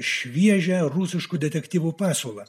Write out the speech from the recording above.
šviežią rusiškų detektyvų pasiūlą